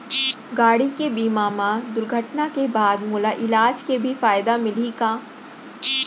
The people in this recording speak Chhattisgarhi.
गाड़ी के बीमा मा दुर्घटना के बाद मोला इलाज के भी फायदा मिलही का?